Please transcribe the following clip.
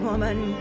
woman